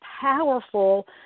powerful